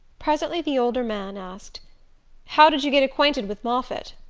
presently the older man asked how did you get acquainted with moffatt?